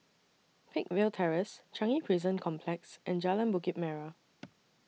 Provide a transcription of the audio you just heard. Peakville Terrace Changi Prison Complex and Jalan Bukit Merah